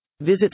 Visit